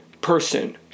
person